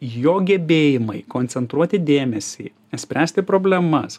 jo gebėjimai koncentruoti dėmesį spręsti problemas